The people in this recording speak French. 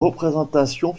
représentations